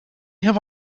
have